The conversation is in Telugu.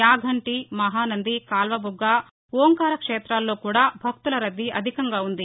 యాగంటి మహానంది కాల్వబుగ్గ ఓంకార క్షేతాల్లో కూడా భక్తుల రద్దీ అధికంగా ఉంది